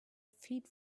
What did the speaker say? feed